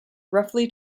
roughly